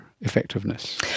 effectiveness